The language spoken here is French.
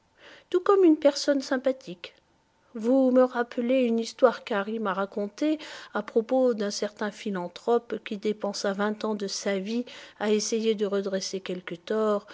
tout comme une personne sympathique vous me rappelez une histoire qu'harry m'a racontée à propos d'un certain philanthrope qui dépensa vingt ans de sa vie à essayer de redresser quelque tort